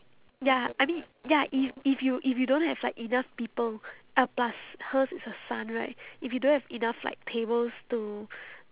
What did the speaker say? ya I mean ya if if you if you don't have like enough people ah plus hers is her son right if you don't have enough like tables to